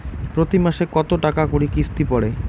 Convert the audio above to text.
প্রতি মাসে কতো টাকা করি কিস্তি পরে?